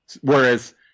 Whereas